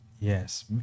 Yes